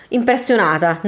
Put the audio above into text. impressionata